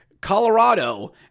Colorado